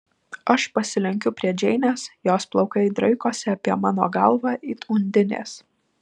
aš pasilenkiu prie džeinės jos plaukai draikosi apie mano galvą it undinės